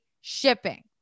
shipping